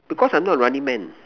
because I am not running man